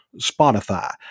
Spotify